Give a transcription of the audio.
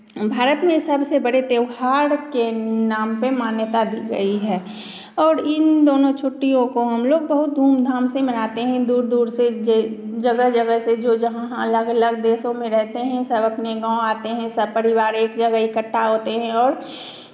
भारत में सबसे बड़े त्यौहार के नाम पे मान्यता दी गई है और इन दोनों छुट्टियों को हमलोग बहुत धूमधाम से मनाते हैं दूर दूर से जगह जगह से जो जहाँ अलग अलग देशों में रहते हैं सब अपने गाँव आते हैं सब परिवार एक जगह इकट्ठा होते हैं और